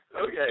Okay